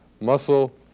muscle